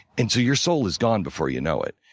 and so your soul is gone before you know it.